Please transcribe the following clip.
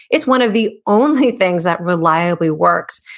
it's one of the only things that reliably works,